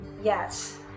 Yes